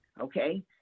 okay